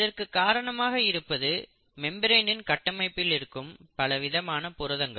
இதற்கு காரணமாக இருப்பது மெம்பிரேன் கட்டமைப்பில் இருக்கும் பல விதமான புரதங்கள்